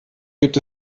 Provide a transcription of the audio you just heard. gibt